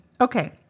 Okay